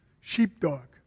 sheepdog